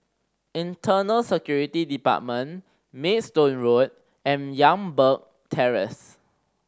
Internal Security Department Maidstone Road and Youngberg Terrace